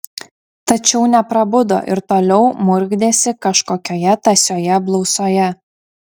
tačiau neprabudo ir toliau murkdėsi kažkokioje tąsioje blausoje